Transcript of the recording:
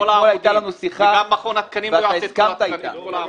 אתמול הייתה לנו שיחה ואתה הסכמת איתנו.